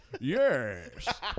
Yes